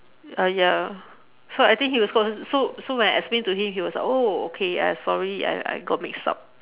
ah ya so I think he so so when I explain to him he was like oh okay sorry I I got mixed up